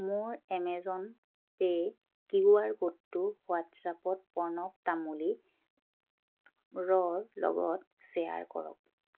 মোৰ Amazon pay Q R ক'ডটো হোৱাট্ছএপত প্ৰণৱ তামুলীৰ লগত শ্বেয়াৰ কৰক